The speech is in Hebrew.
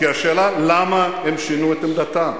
כי השאלה היא למה הם שינו את עמדתם.